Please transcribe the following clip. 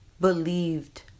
believed